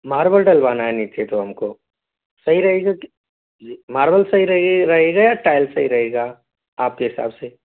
marble डलवाना है नीचे तो हम को सही रहेगा कि जी मार्बल सही रहेगा या टाइल्स सही रहेगा आप के हिसाब से